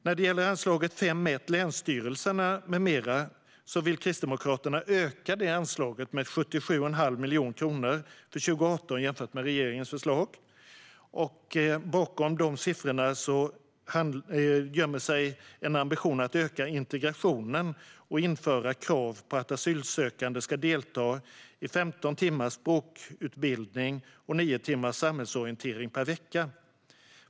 När det gäller anslaget 5:1 Länsstyrelserna m.m. vill Kristdemokraterna öka det med 77 1⁄2 miljon kronor för 2018 jämfört med regeringens förslag. Bakom dessa siffror gömmer sig en ambition att öka integrationen och införa krav på att asylsökande ska delta i 15 timmars språkutbildning och 9 timmars samhällsorientering per vecka.